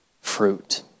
fruit